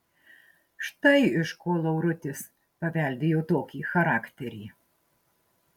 štai iš ko laurutis paveldėjo tokį charakterį